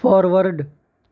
forward